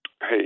Hey